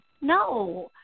No